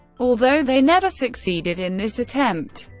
although they never succeeded in this attempt,